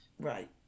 Right